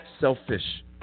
selfish